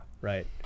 Right